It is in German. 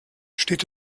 steht